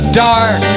dark